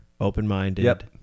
open-minded